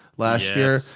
last year,